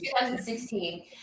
2016